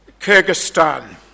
Kyrgyzstan